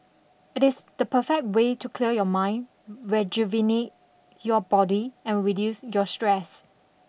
it is the perfect way to clear your mind rejuvenate your body and reduce your stress